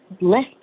less